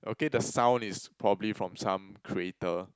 okay the sound is probably from some creator